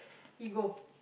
ego